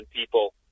people